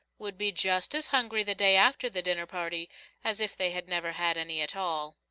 would be just as hungry the day after the dinner-party as if they had never had any at all.